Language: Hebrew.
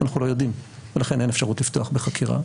אנחנו לא יודעים ולכן אין אפשרות לפתוח בחקירה,